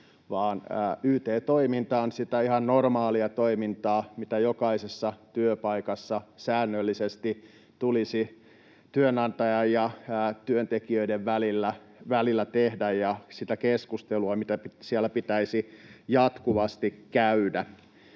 vaan yt-toiminta on sitä ihan normaalia toimintaa, mitä jokaisessa työpaikassa säännöllisesti tulisi työnantajan ja työntekijöiden välillä tehdä, ja sitä keskustelua, mitä siellä pitäisi jatkuvasti käydä.